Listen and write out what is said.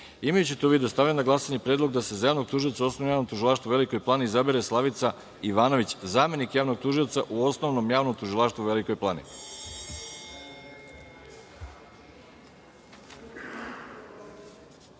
to u vidu, stavljam na glasanje predlog da se za javnog tužioca u Osnovnom javnom tužilaštvu u Velikoj Plani izabere Slavica Ivanović, zamenik javnog tužioca u Osnovnom javnom tužilaštvu u Velikoj